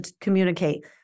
communicate